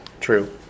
true